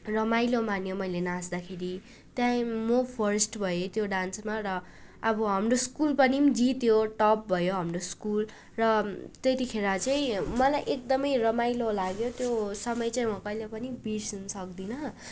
रमाइलो मान्यो मैले नाँच्दाखेरि त्यहाँदेखि म फर्स्ट भएँ त्यो डान्समा र अब हाम्रो स्कुल पनि जित्यो टप भयो हाम्रो स्कुल र त्यतिखेर चाहिँ मलाई एकदमै रमाइलो लाग्यो त्यो समय चाहिँ म कहिले पनि बिर्सिनु सक्दिनँ